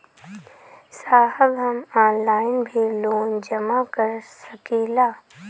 साहब हम ऑनलाइन भी लोन जमा कर सकीला?